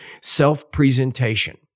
self-presentation